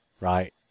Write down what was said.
right